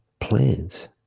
plans